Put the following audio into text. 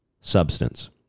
substance